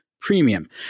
premium